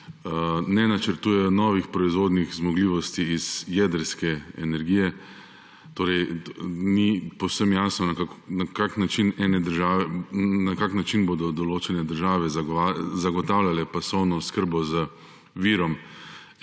ne načrtujejo novih proizvodnih zmogljivosti iz jedrske energije, ni povsem jasno, na kakšen način bodo določene države zagotavljale pasovno oskrbo z virom